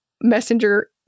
messenger